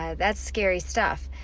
ah that's scary stuff.